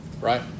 right